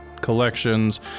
collections